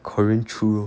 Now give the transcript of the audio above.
carene choo lor